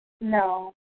No